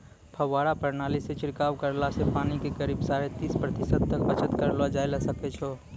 फव्वारा प्रणाली सॅ छिड़काव करला सॅ पानी के करीब साढ़े तीस प्रतिशत तक बचत करलो जाय ल सकै छो